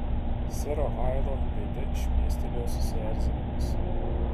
sero hailo veide šmėstelėjo susierzinimas